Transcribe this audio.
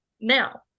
Now